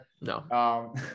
No